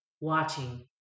watching